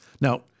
Now